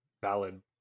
valid